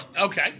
Okay